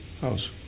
house